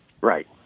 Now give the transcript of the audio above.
Right